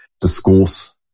discourse